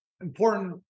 Important